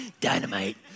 Dynamite